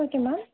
okay ma'am